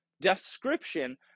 description